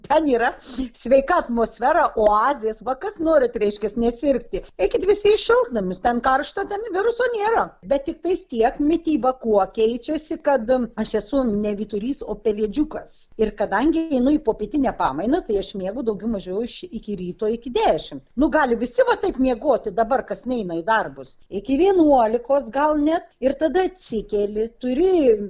ten yra sveika atmosfera oazės va kas norit reiškias nesirgti eikit visi į šiltnamius ten karšta ten viruso nėra bet tiktais tiek mityba kuo keičiasi kad aš esu ne vyturys o pelėdžiukas ir kadangi einu į popietinę pamainą tai aš miegu daugiau mažiau iš iki ryto iki dešimt nu gali visi va taip miegoti dabar kas neina į darbus iki vienuolikos gal net ir tada atsi keli turi